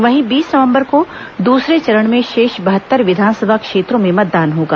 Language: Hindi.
वहीं बीस नंवबर को दूसरे चरण में शेष बहत्तर विधानसभा क्षेत्रों में मतदान होगा